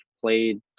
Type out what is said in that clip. played